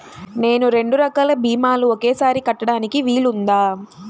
నేను రెండు రకాల భీమాలు ఒకేసారి కట్టడానికి వీలుందా?